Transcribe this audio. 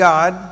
God